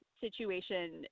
situation